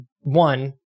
one